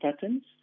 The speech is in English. patterns